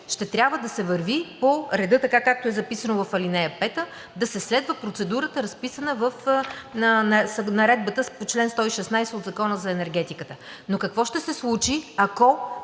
ще трябва да се върви по реда, така както е записано в ал. 5, да се следва процедурата на Наредбата по чл. 116 от Закона за енергетиката. Но какво ще се случи, ако